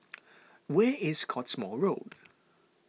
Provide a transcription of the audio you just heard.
where is Cottesmore Road